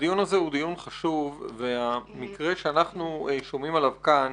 הדיון הזה הוא דיון חשוב והמקרה שאנחנו שומעים עליו כאן